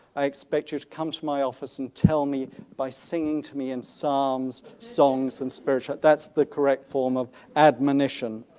i expect you to come to my office and tell me by singing to me in psalms, songs and spirit that's the correct form of admonition.